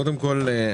קודם כל,